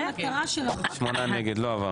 הצבעה בעד, 7 נגד, 9 נמנעים, אין לא אושר.